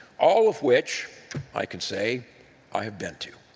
all of which i can say i've been to.